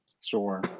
sure